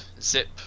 zip